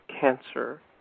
cancer